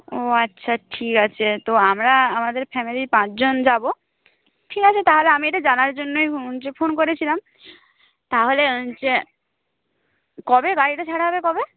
ও আচ্ছা ঠিক আছে তো আমরা আমাদের ফ্যামিলির পাঁচজন যাব ঠিক আছে তাহলে আমি এটা জানার জন্যই ফোন করেছিলাম তাহলে যে কবে গাড়িটা ছাড়া হবে কবে